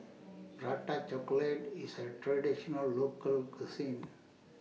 Prata Chocolate IS A Traditional Local Cuisine